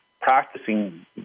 practicing